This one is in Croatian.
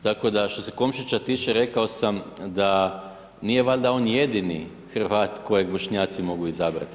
Tako da, što se Komšića tiče, rekao sam da nije valjda on jedini Hrvat kojeg Bošnjaci mogu izabrati.